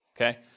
okay